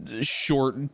short